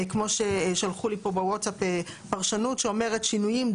כמו ששלחו לי פה בווטסאפ פרשנות שאומרת שינויים,